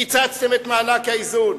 קיצצתם את מענק האיזון.